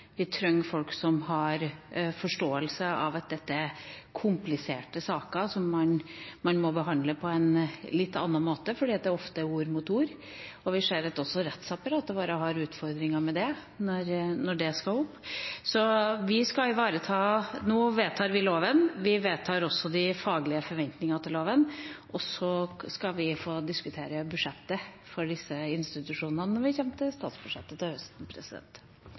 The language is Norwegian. Vi trenger folk som har forståelse av at dette er kompliserte saker, som man må behandle på en litt annen måte, fordi det ofte står ord mot ord. Vi ser også at rettsapparatet vårt har utfordringer med det når det skal opp. Nå vedtar vi loven. Vi vedtar også de faglige forventningene til loven. Så skal vi diskutere budsjettet for disse institusjonene når statsbudsjettet kommer til